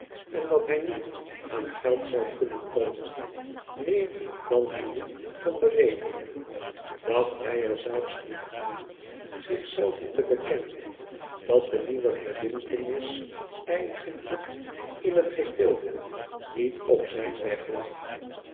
en dat hij nu aan geld zou kunnen komen meer dan hij nu kon berekenen dacht hij er zelfs niet aan zich zelven te bekennen dat de nieuwe verbintenis eigenlijk m het geheel niet op zijn weg lag